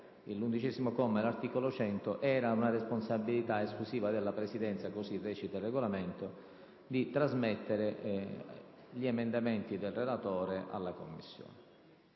100 del Regolamento. Era una responsabilità esclusiva della Presidenza - così recita il Regolamento - di trasmettere gli emendamenti del relatore alla Commissione.